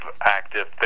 active